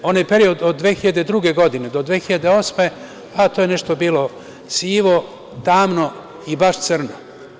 Onaj period od 2002. godine do 2008. godine, to je nešto bilo sivo, tamno i baš crno.